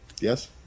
Yes